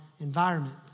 environment